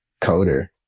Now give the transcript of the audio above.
coder